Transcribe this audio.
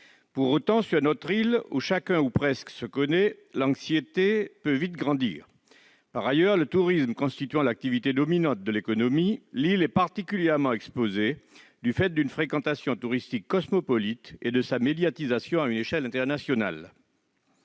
Pour autant, sur notre île, où chacun ou presque se connaît, l'anxiété peut vite grandir. Par ailleurs, le tourisme constituant l'activité dominante de l'économie, l'île est particulièrement exposée, du fait d'une fréquentation touristique cosmopolite et de sa médiatisation à une échelle internationale.